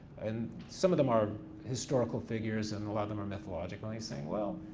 and some of them are historical figures and a lot of them are mythological, and he's saying, well,